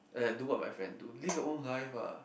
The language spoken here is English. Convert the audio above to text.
do what my friend do live you own life ah